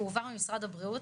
הועבר למשרד הבריאות,